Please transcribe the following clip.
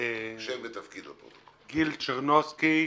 גיל צ'רנובסקי.